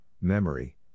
memory